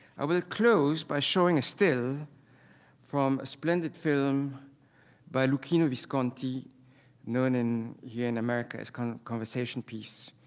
i will close by showing a still from a splendid film by luchino visconti known in here yeah in america as kind of conversation piece,